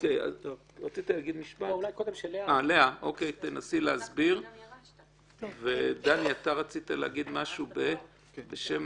כפי שכבר אמרתי בישיבה הקודמת,